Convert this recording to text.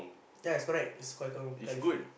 ya it's correct it's quite